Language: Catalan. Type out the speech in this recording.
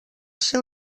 ser